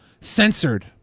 censored